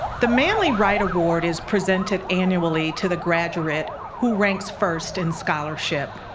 the manley wright award is presented annually to the graduate who ranks first in scholarship.